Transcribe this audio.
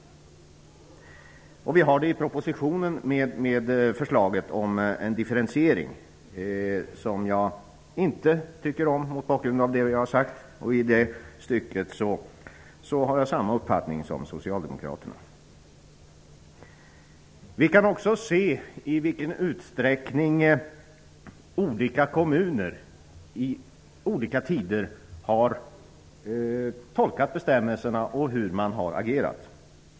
I propositionen finns ett förslag om en differentiering som jag mot bakgrund av det jag har sagt inte tycker om. I det stycket har jag samma uppfattning som socialdemokraterna. Vi kan också se i vilken utsträckning olika kommuner i olika tider har tolkat bestämmelserna och hur man har agerat.